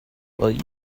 will